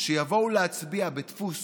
יבואו להצביע בדפוס